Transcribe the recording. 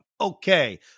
Okay